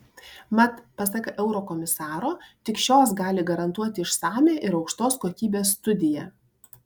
mat pasak eurokomisaro tik šios gali garantuoti išsamią ir aukštos kokybės studiją